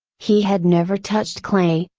he had never touched clay,